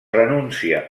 renúncia